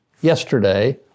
yesterday